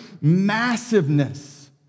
massiveness